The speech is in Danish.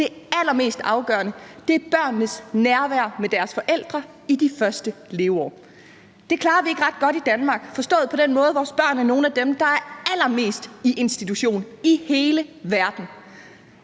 Det allermest afgørende er børnenes nærvær med deres forældre i de første leveår. Det klarer vi ikke ret godt i Danmark forstået på den måde, at vores børn er nogle af dem, der er allermest i institution i hele verden.